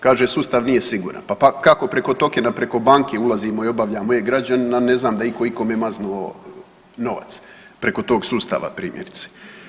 Kaže sustav nije siguran, pa kako preko tokena, preko banke ulazimo i obavljamo e-građanin, a ne znam da je iko ikome maznuo novac, preko tog sustava primjerice.